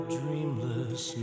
dreamless